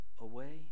away